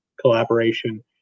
collaboration